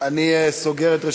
תודה רבה לחבר הכנסת סמוטריץ.